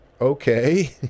okay